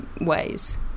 ways